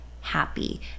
happy